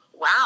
Wow